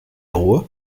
ruhr